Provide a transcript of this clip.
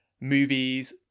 movies